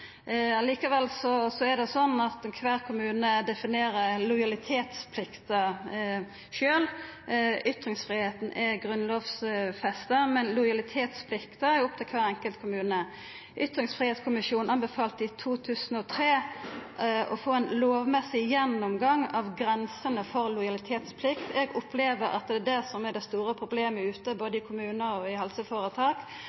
det opp til kvar enkelt kommune å definera. Ytringsfridomskommisjonen anbefalte i 2003 å få ein lovmessig gjennomgang av grensene for lojalitetsplikt. Eg opplever at det er det som er det store problemet ute,